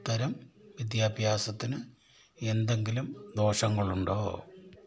അത്തരം വിദ്യാഭ്യാസത്തിന് എന്തെങ്കിലും ദോഷങ്ങളുണ്ടോ